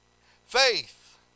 Faith